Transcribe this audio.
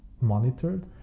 monitored